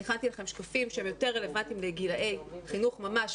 אני הכנתי לכם שקפים שהם יותר רלוונטיים לגילאי חינוך ממש.